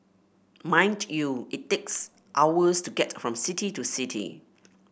mind you it takes hours to get from city to city